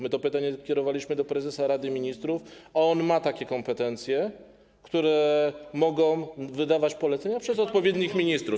My to pytanie kierowaliśmy do prezesa Rady Ministrów, a on ma takie kompetencje, może wydawać polecenia przez odpowiednich ministrów.